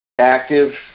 active